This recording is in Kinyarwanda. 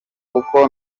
kuko